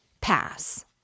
Pass